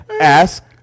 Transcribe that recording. Ask